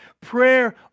prayer